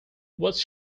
what